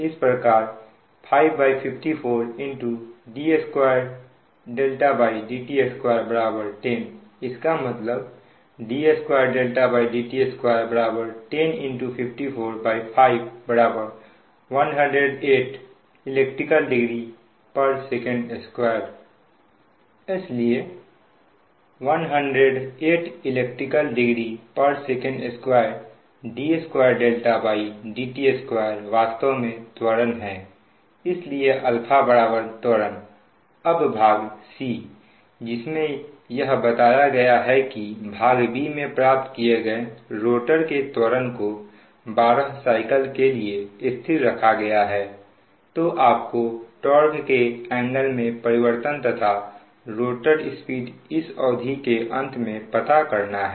इस प्रकार 554 d2dt2 10 इसका मतलब d2dt2 10545 108 elect degree Sec2 इसलिए 108 elect degree Sec2 d2dt2वास्तव में त्वरण है इसलिए α त्वरण अब भाग जिसमें यह बताया गया है कि भाग b में प्राप्त किए गए रोटर के त्वरण को 12 साइकिल के लिए स्थिर रखा गया है तो आपको टार्क के एंगल में परिवर्तन तथा रोटर स्पीड इस अवधि के अंत में पता करना है